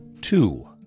Two